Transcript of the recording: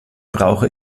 brauche